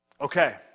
Okay